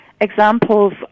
examples